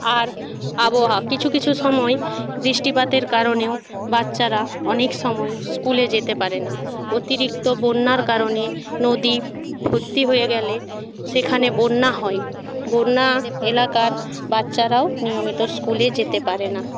আর আবহাওয়া কিছু কিছু সময় বৃষ্টিপাতের কারণেও বাচ্চার অনেক সময় স্কুলে যেতে পারে না অতিরিক্ত বন্যার কারণে নদী ভর্তি হয়ে গেলে সেখানে বন্যা হয় বন্যা এলাকার বাচ্চারাও নিয়মিত স্কুলে যেতে পারে না